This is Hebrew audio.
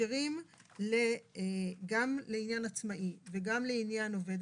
ומאפשרים גם לעניין עצמאי וגם לעניין עובד?